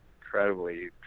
incredibly